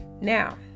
now